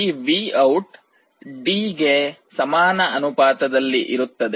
ಈ VOUT D ಗೆ ಸಮಾನ ಅನುಪಾತದಲ್ಲಿ ಇರುತ್ತದೆ